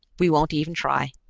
we won't even try.